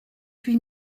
huit